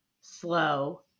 slow